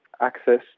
access